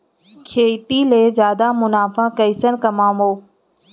खेती ले जादा मुनाफा कइसने कमाबो?